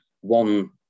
One